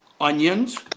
onions